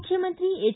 ಮುಖ್ಯಮಂತ್ರಿ ಎಚ್